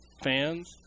fans